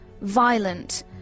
...violent